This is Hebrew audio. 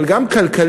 אבל גם כלכלית,